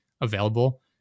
available